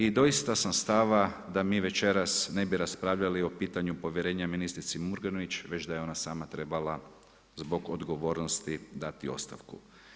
I doista sam stava da mi večeras ne bi raspravljali o pitanju povjerenja ministrici Murganić već da je ona sama trebala zbog odgovornosti dati ostavku.